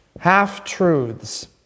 Half-truths